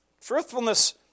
Truthfulness